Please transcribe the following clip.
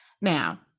Now